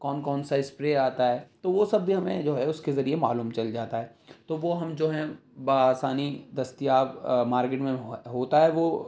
کون کون سا اسپرے آتا ہے تو وہ سب جو ہے ہمیں اس کے ذریعے معلوم چل جاتا ہے تو وہ ہم جو ہیں بآسانی دستیاب مارکیٹ میں ہو ہوتا ہے وہ